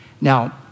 Now